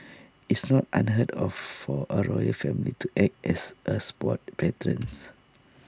it's not unheard of for A royal family to act as A sports patrons